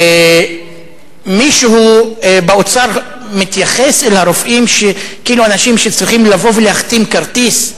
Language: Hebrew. מישהו באוצר מתייחס אל הרופאים כלאנשים שצריכים לבוא ולהחתים כרטיס.